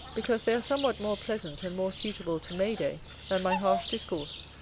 because they are somewhat more pleasant and more suitable to may-day than my harsh discourse.